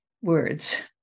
words